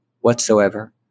whatsoever